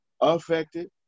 affected